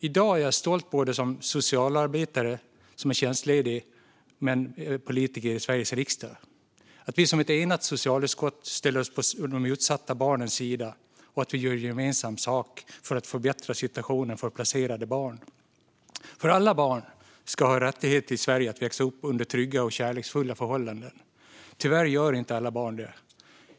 I dag är jag stolt både som tjänstledig socialarbetare och som politiker i Sveriges riksdag över att vi som ett enat socialutskott ställer oss på de utsatta barnens sida och gör gemensam sak för att förbättra situationen för placerade barn. Alla barn ska i Sverige ha rätt att växa upp under trygga och kärleksfulla förhållanden. Tyvärr gör inte alla barn det.